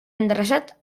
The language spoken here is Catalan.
endreçat